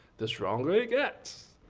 the stronger it gets.